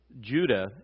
Judah